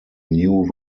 new